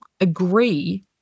agree